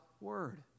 word